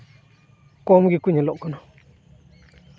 ᱠᱚᱢ ᱜᱮᱠᱚ ᱧᱮᱞᱚᱜ ᱠᱟᱱᱟ